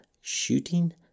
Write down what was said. shooting